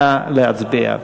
נא להצביע.